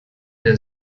der